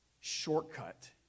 shortcut